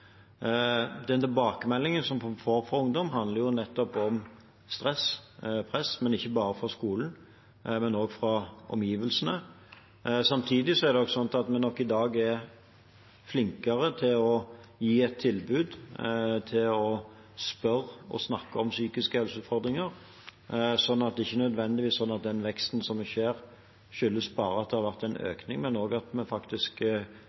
Den tilbakemeldingen vi får fra ungdom, handler nettopp om stress og press ikke bare fra skolen, men også fra omgivelsene. Samtidig er vi nok i dag flinkere til å gi et tilbud, til å spørre og å snakke om psykiske helseutfordringer. Så den veksten vi ser, skyldes ikke nødvendigvis bare at det har vært en økning, men også at vi